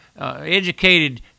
educated